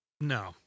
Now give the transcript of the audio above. No